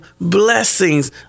blessings